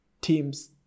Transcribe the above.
teams